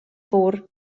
vor